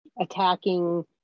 attacking